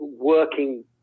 working